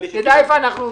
שנדע איפה אנחנו עומדים.